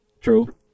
True